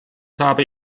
habe